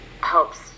helps